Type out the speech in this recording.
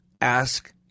ask